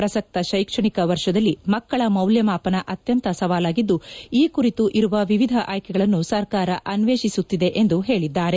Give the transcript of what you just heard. ಪ್ರಸಕ್ತ ಶೈಕ್ಷಣಿಕ ವರ್ಷದಲ್ಲಿ ಮಕ್ಕಳ ಮೌಲ್ಯಮಾಪನ ಅತ್ಯಂತ ಸವಾಲಾಗಿದ್ದು ಈ ಕುರಿತು ಇರುವ ವಿವಿಧ ಆಯ್ಕೆಗಳನ್ನು ಸರ್ಕಾರ ಅನ್ವೇಷಿಸುತ್ತಿದೆ ಎಂದು ಹೇಳಿದ್ದಾರೆ